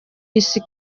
isi